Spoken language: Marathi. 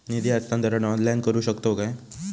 निधी हस्तांतरण ऑनलाइन करू शकतव काय?